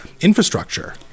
infrastructure